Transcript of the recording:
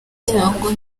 cyangwa